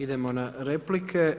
Idemo na replike.